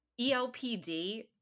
ELPD